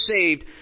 saved